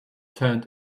turned